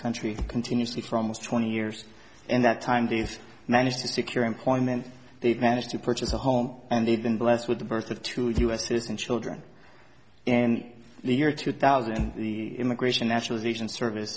country continuously for almost twenty years and that time they've managed to secure employment they've managed to purchase a home and they've been blessed with the birth of two of us citizen children and the year two thousand the immigration naturalization service